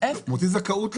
הוא מוציא זכאות למשכנתא.